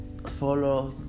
follow